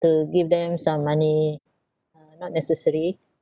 to give them some money uh not necessary